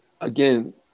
Again